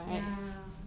ya